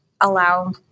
allow